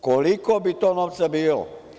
Koliko bi to novca bilo?